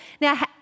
Now